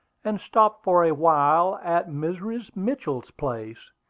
and stop for a while at mrs. mitchell's place,